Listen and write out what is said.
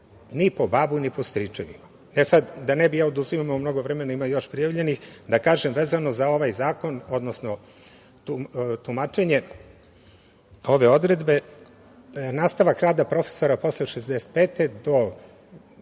ni po babu, ni po stričevima. Sada, da ne bi ja oduzimao mnogo vremena, ima još prijavljenih, da kažem vezano za ovaj zakon, odnosno tumačenje ove odredbe - nastavak rada profesora posle 65 do,